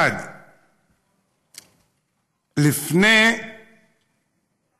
1. לפני כשנה,